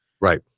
Right